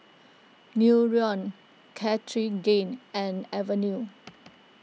Nutren Cartigain and Avenue